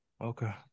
Okay